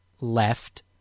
left